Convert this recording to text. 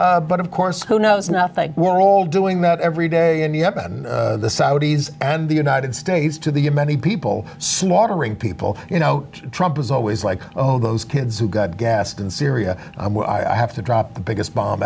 but of course who knows nothing we're all doing that every day and you haven't the saudis and the united states to the of many people slaughtering people you know trump is always like oh those kids who got gassed in syria i have to drop the biggest bomb